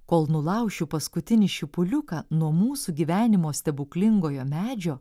kol nulaušiu paskutinį šipuliuką nuo mūsų gyvenimo stebuklingojo medžio